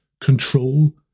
control